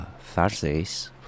Thursdays